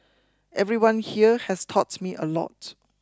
everyone here has taught me a lot